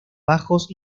bajos